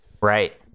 Right